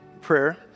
prayer